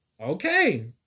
Okay